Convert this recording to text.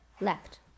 left